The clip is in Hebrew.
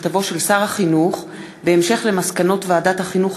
מכתבו של שר החינוך שי פירון בהמשך למסקנות ועדת החינוך,